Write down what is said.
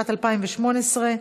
התשע"ט 2018,